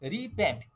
Repent